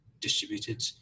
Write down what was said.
distributed